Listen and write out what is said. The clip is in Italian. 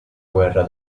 guerra